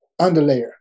underlayer